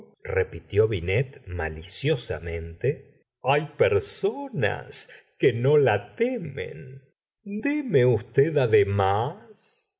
repitió binet maliciosamente hay personas que no la temen deme usted además